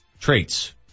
traits